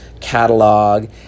catalog